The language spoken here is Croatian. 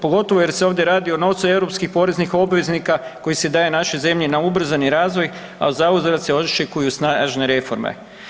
Pogotovo jer se ovdje radi o novcu europskih poreznih obveznika koji se daje našoj zemlji na ubrzani razvoj, a zauzvrat se očekuju snažne reforme.